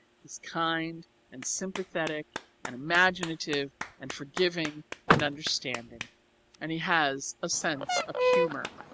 he's kind and sympathetic and imaginative and forgiving and understanding and he has a sense of humour.